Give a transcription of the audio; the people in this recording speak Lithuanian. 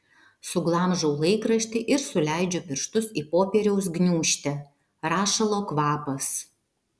suglamžau laikraštį ir suleidžiu pirštus į popieriaus gniūžtę rašalo kvapas